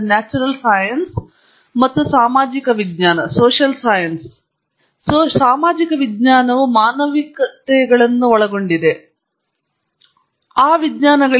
ಅವರಿಗೆ ಪರಿಣಾಮವಿಲ್ಲ ಎಂದು ನಾವು ಭಾವಿಸುತ್ತೇವೆ ಉದಾಹರಣೆಗಾಗಿ ನಾನು ಒಂದು ಉದಾಹರಣೆಯನ್ನು ನೀಡುತ್ತೇನೆ ಆಣ್ವಿಕ ಥರ್ಮೊಡೈನಮಿಕ್ನಲ್ಲಿ ನನ್ನ ಸ್ವಂತ ಪ್ರದೇಶದಲ್ಲಿ ಪ್ರತ್ಯೇಕವಾದ ವ್ಯವಸ್ಥೆಯ ಎಲ್ಲಾ ಸೂಕ್ಷ್ಮದರ್ಶಕ ರಾಜ್ಯಗಳು ಸಮಾನವಾಗಿ ಸಂಭವನೀಯವೆಂದು ಗಿಬ್ಸ್ ಊಹಿಸಿದ್ದಾನೆ